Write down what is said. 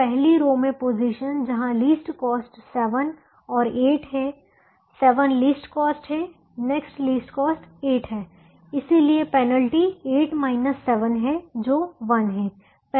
तो पहली रो में पोजीशन जहां लीस्ट कॉस्ट है 7 और 8 हैं 7 लीस्ट कॉस्ट है नेक्स्ट लीस्ट कॉस्ट 8 है इसलिए पेनल्टी 8 7 है जो 1 है